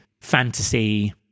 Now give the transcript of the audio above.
fantasy